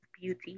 beauty